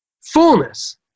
fullness